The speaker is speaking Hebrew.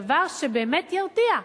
דבר שבאמת ירתיע.